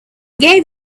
gave